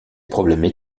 problèmes